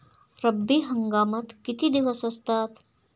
रब्बी हंगामात किती दिवस असतात?